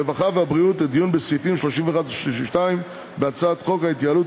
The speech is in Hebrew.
הרווחה והבריאות לדיון בסעיפים 31 ו-32 בהצעת חוק ההתייעלות